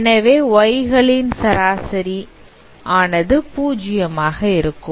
எனவே y களின் சராசரி ஆனது பூஜ்ஜியமாக இருக்கும்